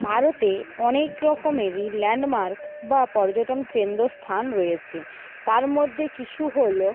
ভারতে অনেক রকমেরই ল্যান্ডমার্ক বা পর্যটন কেন্দ স্থান রয়েছে তার মদ্যে কিছু হল